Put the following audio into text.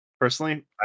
Personally